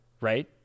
right